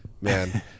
man